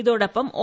ഇതോടൊപ്പം ഒ